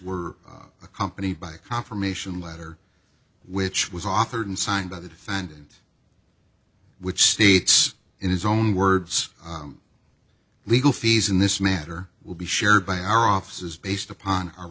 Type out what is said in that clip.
were accompanied by a confirmation letter which was authored signed by the defendant which states in his own words legal fees in this matter will be shared by our offices based upon our